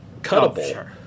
cuttable